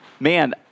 Man